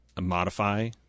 modify